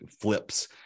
flips